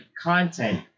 content